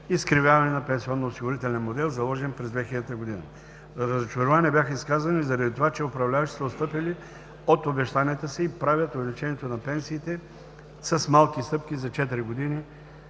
изкривяване на пенсионно-осигурителния модел, заложен през 2000 г. Разочарования бяха изказани заради това, че управляващите са отстъпили от обещанията си и правят увеличението на пенсиите с малки стъпки за четирите